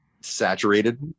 saturated